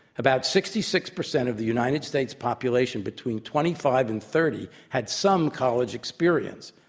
about sixty six percent of the united states population between twenty five and thirty had some college experience.